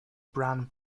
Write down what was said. bran